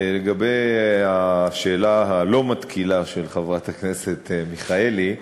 לגבי השאלה הלא-מתקילה של חברת הכנסת מיכאלי,